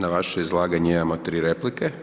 Na vaše izlaganje imamo 3 replike.